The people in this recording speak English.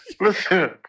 Listen